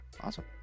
Awesome